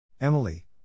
Emily